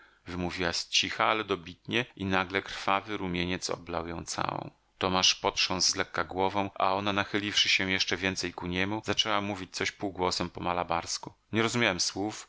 wymówiła zcicha ale dobitnie i nagle krwawy rumieniec oblał ją całą tomasz potrząsł z lekka głową a ona nachyliwszy się jeszcze więcej ku niemu zaczęła mówić coś półgłosem po malabarsku nie rozumiałem słów